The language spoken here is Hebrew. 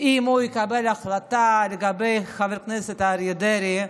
אם הוא יקבל החלטה לגבי חבר הכנסת אריה דרעי,